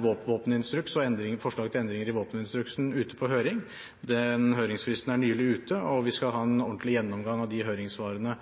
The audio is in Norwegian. våpeninstruks og forslag til endringer i våpeninstruksen ute på høring. Den høringsfristen var nylig ute, og vi skal ha en ordentlig gjennomgang av høringssvarene.